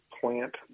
plant